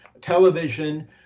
television